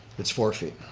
it's four feet.